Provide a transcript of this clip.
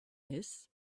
this